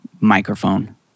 microphone